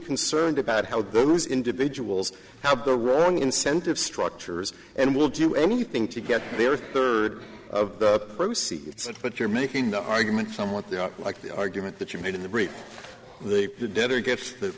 concerned about how those individuals have the wrong incentive structures and will do anything to get their third of the proceeds but you're making the argument from what they are like the argument that you made in the brief they did or get the